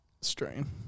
strain